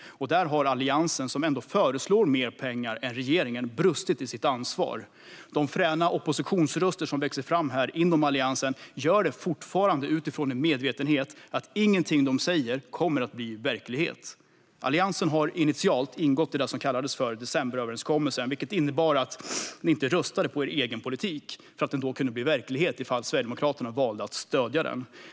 Där har Alliansen, som ändå föreslår mer pengar än regeringen, brustit i sitt ansvar. De fräna oppositionsröster som växer fram här inom Alliansen gör det fortfarande utifrån en medvetenhet om att inget av det de säger kommer att bli verklighet. Alliansen ingick initialt i det som kallades decemberöverenskommelsen, vilket innebar att ni inte röstade på er egen politik eftersom den kunde bli verklighet om Sverigedemokraterna valde att stödja den.